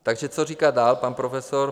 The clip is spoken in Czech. Takže co říká dál pan profesor?